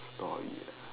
story ah